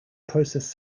process